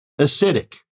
acidic